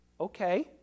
Okay